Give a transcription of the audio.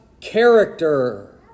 character